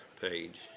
Page